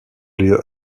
lieu